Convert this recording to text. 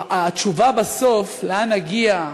התשובה בסוף, לאן נגיע,